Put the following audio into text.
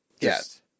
Yes